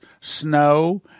snow